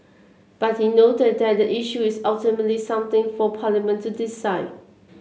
but he noted that the issue is ultimately something for Parliament to decide